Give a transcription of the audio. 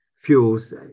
fuels